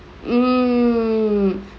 mm